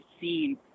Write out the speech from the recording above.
seen